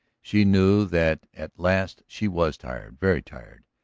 she knew that at last she was tired, very tired,